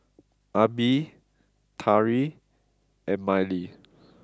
Abie Tari and Mylie